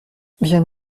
bien